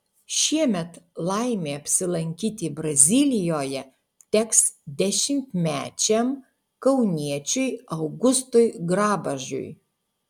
šiemet laimė apsilankyti brazilijoje teks dešimtmečiam kauniečiui augustui grabažiui